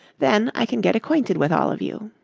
then i can get acquainted with all of you.